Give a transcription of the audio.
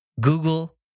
Google